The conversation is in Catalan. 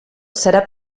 serà